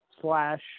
slash